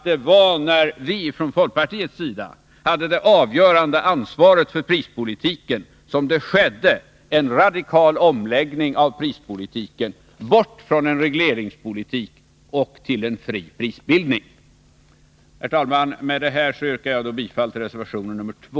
Det var när vi från folkpartiets sida hade det avgörande ansvaret för prispolitiken som det skedde en radikal omläggning av prispolitiken — bort från en regleringspolitik till en fri prisbildning. Herr talman! Med detta yrkar jag bifall till reservation nr 2.